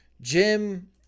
Jim